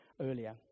earlier